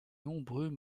nombreux